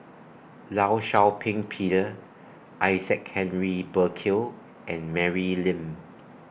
law Shau Ping Peter Isaac Henry Burkill and Mary Lim